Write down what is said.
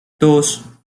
dos